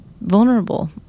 vulnerable